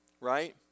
right